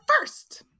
first